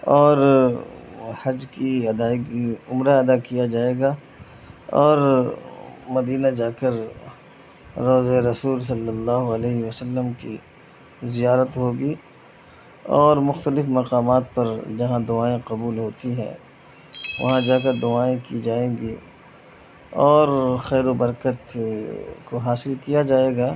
اور حج کی ادائیگی عمرہ ادا کیا جائے گا اور مدینہ جا کر روضہ رسول صلی اللہ علیہ وسلم کی زیارت ہوگی اور مختلف مقامات پر جہاں دعائیں قبول ہوتی ہیں وہاں جا کر دعائیں کی جائیں گی اور خیر و برکت کو حاصل کیا جائے گا